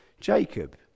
Jacob